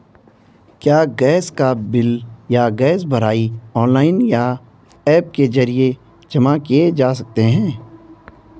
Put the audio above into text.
क्या गैस का बिल या गैस भराई ऑनलाइन या ऐप के जरिये जमा किये जा सकते हैं?